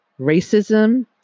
Racism